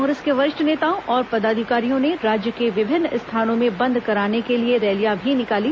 कांग्रेस के वरिष्ठ नेताओं और पदाधिकारियों ने राज्य के विभिन्न स्थानों में बंद कराने के लिए रैलियां भी निकाली